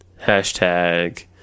Hashtag